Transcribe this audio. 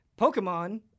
Pokemon